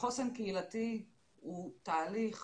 חוסן קהילתי הוא תהליך